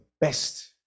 best